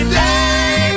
day